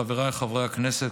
חבריי חברי הכנסת,